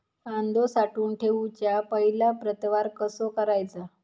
कांदो साठवून ठेवुच्या पहिला प्रतवार कसो करायचा?